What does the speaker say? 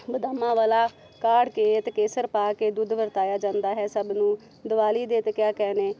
ਬਦਾਮਾਂ ਵਾਲਾ ਕਾੜ ਕੇ ਅਤੇ ਕੇਸਰ ਪਾ ਕੇ ਦੁੱਧ ਵਰਤਾਇਆ ਜਾਂਦਾ ਹੈ ਸਭ ਨੂੰ ਦਿਵਾਲੀ ਦੇ ਤਾਂ ਕਿਆ ਕਹਿਣੇ